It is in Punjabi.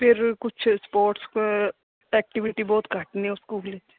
ਫਿਰ ਕੁਛ ਸਪੋਟਸ ਐਕਟੀਵਿਟੀ ਬਹੁਤ ਘੱਟ ਨੇ ਉਸ ਸਕੂਲ ਵਿੱਚ